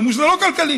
שאמר שזה לא כלכלי,